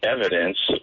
evidence